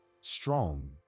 strong